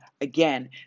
Again